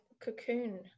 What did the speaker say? cocoon